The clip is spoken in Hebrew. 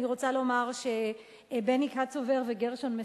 אני רוצה לומר שבני קצובר וגרשון מסיקה,